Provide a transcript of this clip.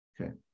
Okay